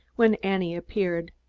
when annie appeared.